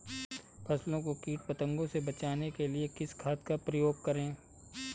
फसलों को कीट पतंगों से बचाने के लिए किस खाद का प्रयोग करें?